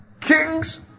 Kings